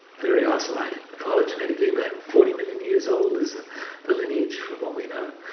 very isolated phylogenetically, about forty million years old is the lineage from what we know,